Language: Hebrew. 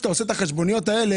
כשאתה עושה את החשבוניות האלה,